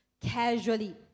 casually